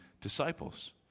disciples